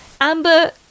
Amber